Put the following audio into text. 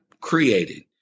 created